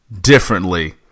differently